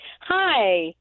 Hi